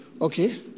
okay